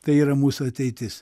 tai yra mūsų ateitis